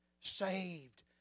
saved